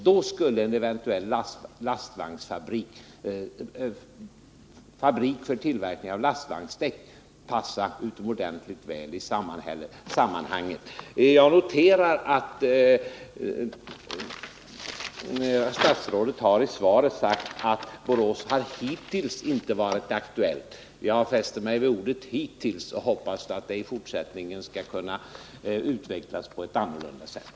Då skulle en eventuell fabrik för tillverkning av lastvagnsdäck passa utomordentligt väl i sammanhanget. Jag noterar att statsrådet i svaret har sagt att Borås hittills inte har varit aktuellt. Jag fäster mig vid ordet ”hittills” och hoppas att saken i fortsättningen skall kunna utvecklas på ett annat sätt.